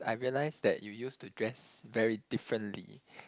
I realise that you used to dress very differently